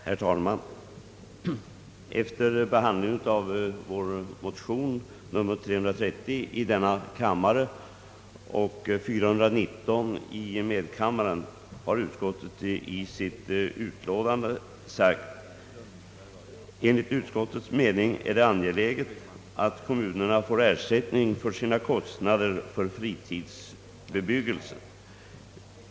Herr talman! Efter behandling av motionerna I: 330 och II: 419 har utskottet i sitt utlåtande yttrat: »Enligt utskottets mening är det angeläget att kommunerna får ersättning för sina kostnader för fritidsbebyggelsen.